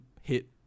hit